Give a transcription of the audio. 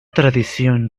tradición